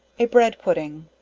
a bread pudding.